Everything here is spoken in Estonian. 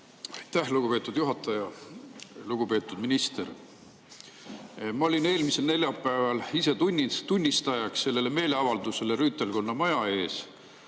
Aitäh, lugupeetud juhataja! Lugupeetud minister! Ma olin eelmisel neljapäeval ise tunnistajaks sellele meeleavaldusele rüütelkonna maja ees.